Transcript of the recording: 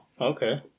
Okay